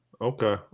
Okay